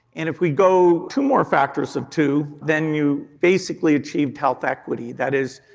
and if we go two more factors of two, then you basically achieve health equity. that is,